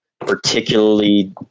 particularly